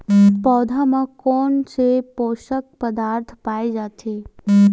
पौधा मा कोन से पोषक पदार्थ पाए जाथे?